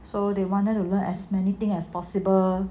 so they wanted to learn as many thing as possible